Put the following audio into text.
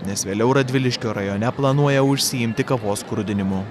nes vėliau radviliškio rajone planuoja užsiimti kavos skrudinimu